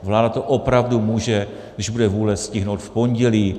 Vláda to opravdu může, když bude vůle, stihnout v pondělí.